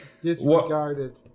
disregarded